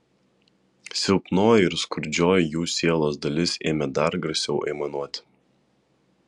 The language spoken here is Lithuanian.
silpnoji ir skurdžioji jų sielos dalis ėmė dar garsiau aimanuoti